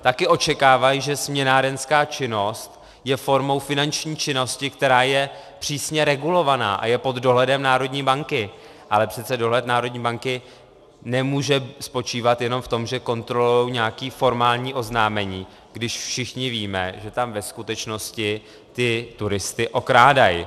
Také očekávají, směnárenská činnost je formou finanční činnosti, která je přísně regulována a je pod dohledem národní banky, ale přece dohled národní banky nemůže spočívat jenom v tom, že kontrolují nějaké formální oznámení, když všichni víme, že tam ve skutečnosti turisty okrádají.